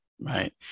Right